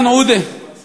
לו באותו מטבע, זה